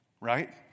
right